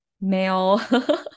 male